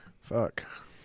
fuck